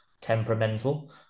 temperamental